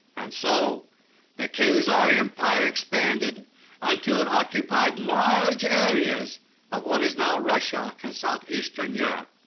and so the khazar empire expanded until it occupied large areas of what is now russia and southeastern europe.